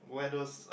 weather